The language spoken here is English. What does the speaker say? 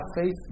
faith